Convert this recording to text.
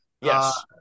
Yes